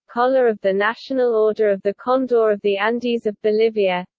collar of the national order of the condor of the andes of bolivia